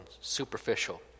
superficial